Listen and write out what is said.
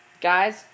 guys